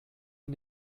ihr